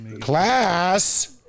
Class